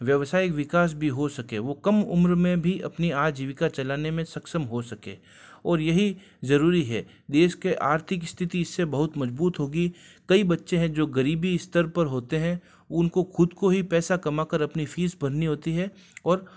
व्यावसायिक विकास भी हो सके वो कम उम्र में भी अपनी आजीविका चलाने में सक्षम हो सके और यही जरूरी है देश का आर्थिक स्थिति इससे बहुत मजबूत होगी कई बच्चे हैं जो गरीबी स्तर पर होते हैं उनको खुद को ही पैसा कमा कर अपनी फीस भरनी होती है और